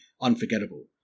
unforgettable